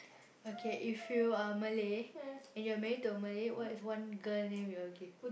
okay if you are Malay and you are married to a Malay what's one girl name you will give